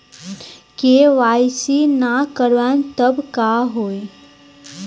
KYC ना करवाएम तब का होई?